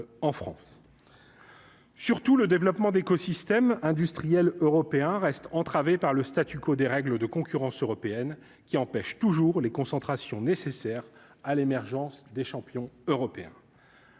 en France surtout le développement d'écosystèmes industriels européens reste entravées par le statu quo des règles de concurrence européenne qui empêchent toujours les concentrations nécessaires à l'émergence des champions européens.